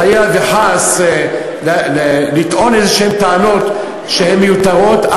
חלילה וחס לטעון טענות מיותרות כלשהן.